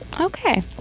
Okay